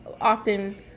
often